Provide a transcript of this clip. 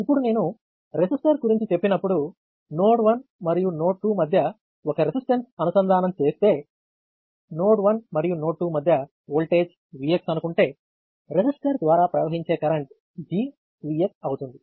ఇప్పుడు నేను రెసిస్టర్ గురించి చెప్పినప్పుడు నోడ్ 1 మరియు నోడ్ 2 మధ్య ఒక రెసిస్టెన్స్ అనుసంధానం చేస్తే నోడ్ 1 మరియు నోడ్ 2 మధ్య వోల్టేజ్ Vx అనుకుంటే రెసిస్టర్ ద్వారా ప్రవహించే కరెంట్ GVxఅవుతుంది